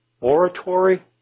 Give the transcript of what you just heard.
oratory